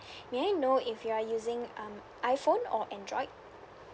may I know if you are using um iphone or android